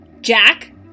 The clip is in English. Jack